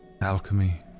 alchemy